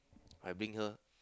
I bring her